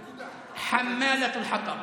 (אומר בערבית: "מעמיסת העצים",